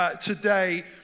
today